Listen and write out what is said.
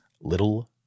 little